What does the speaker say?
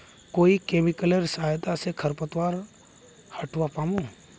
कोइ केमिकलेर सहायता से खरपतवार हटावा पामु